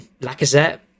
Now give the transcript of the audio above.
Lacazette